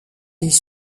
des